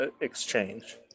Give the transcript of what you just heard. exchange